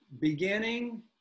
beginning